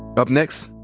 up next,